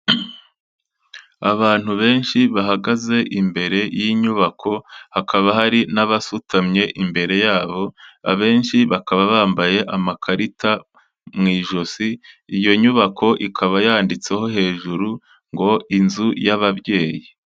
Abantu benshi bahagaze imbere y'inyubako, hakaba hari n'abasutamye imbere yabo, abenshi bakaba bambaye amakarita mu ijosi, iyo nyubako ikaba yanditseho hejuru ngo: "Inzu y'ababyeyi".